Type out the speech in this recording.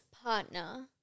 Partner